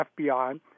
FBI